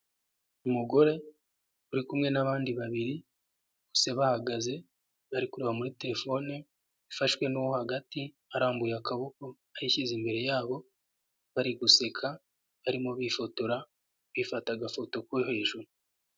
Umugore uri kumwe n'abandi babiri, bose bahagaze bari kureba muri telefone ifashwe n'uwo hagati, arambuye akaboko, ayishyize imbere yabo, bari guseka, barimo bifotora bifatora, bifata agafoto ko hejuru.